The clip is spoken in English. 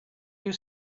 you